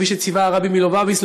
כפי שציווה הרבי מלובביץ,